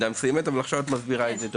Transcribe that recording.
אבל עכשיו את מסבירה וזה ברור.